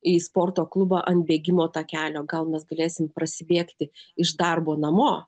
į sporto klubą ant bėgimo takelio gal mes galėsim prasibėgti iš darbo namo